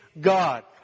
God